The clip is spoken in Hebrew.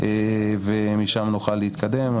ומשם נוכל להתקדם.